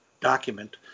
document